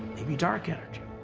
maybe dark energy.